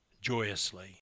joyously